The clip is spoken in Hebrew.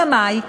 אלא מאי?